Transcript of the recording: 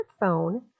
smartphone